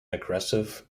aggressive